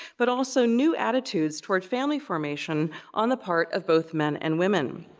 but also new attitudes towards family formation on the part of both men and women.